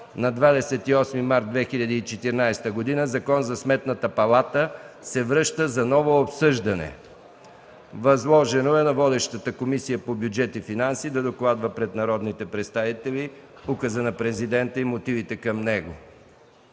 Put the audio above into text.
на 28 март 2014 г. Закон за Сметната палата се връща за ново обсъждане. Възложено е на водещата Комисия по бюджет и финанси да докладва пред народните представители указа на Президента и мотивите към него.